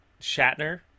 Shatner